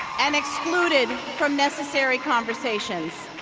and excluded from necessary conversations?